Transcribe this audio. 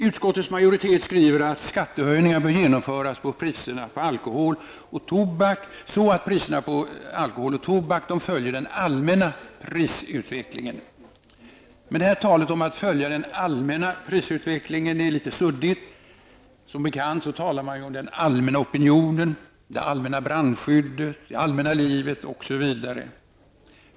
Utskottets majoritet skriver att skattehöjningar bör genomföras på alkohol och tobak så att dessa priser följer den allmänna prisutvecklingen. Men talet om att följa den allmänna prisutvecklingen är litet luddigt. Som bekant talar man om den allmänna opinionen, det allmänna brandskyddet, det allmänna livet osv.